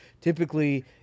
typically